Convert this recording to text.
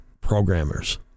programmers